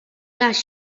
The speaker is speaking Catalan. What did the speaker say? les